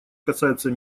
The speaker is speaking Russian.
касаются